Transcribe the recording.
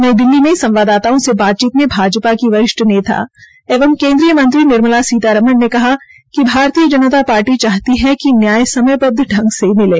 नई दिल्ली में संवाददाताओं से बातचीत में भाजपा की वरिष्ठ नेता एवं केन्द्रीय मंत्री निर्मला सीतारमण ने कहा कि भारतीय जनता पार्टी चाहती है कि न्याय समयबद्व ढंग से मिले